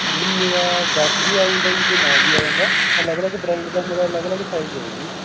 madam ਮੇਰਾ ਦਸ ਵੀ ਆ ਜਾਂਦਾ ਜੀ ਅਤੇ ਨੌ ਵੀ ਆ ਜਾਂਦਾ ਅਲੱਗ ਅਲੱਗ ਬ੍ਰਾਂਡ ਦਾ ਮੇਰਾ ਅਲੱਗ ਅਲੱਗ ਸਾਈਜ਼ ਹੈ ਜੀ